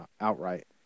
outright